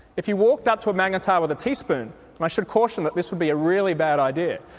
if you walked up to a magnetar with a teaspoon, and i should caution that this would be a really bad idea,